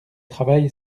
travail